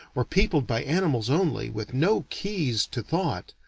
or peopled by animals only, with no keys to thought,